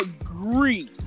agree